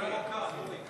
אורי, עברה דקה, אורי.